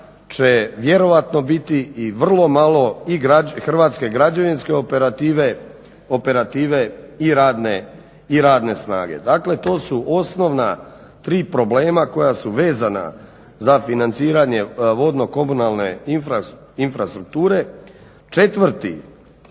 će vjerojatno biti i vrlo malo hrvatske građevinske operative, operative i radne snage. Dakle, to su osnovna tri problema koja su vezana za financiranje vodno-komunalne infrastrukture. Četvrti,